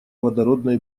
водородной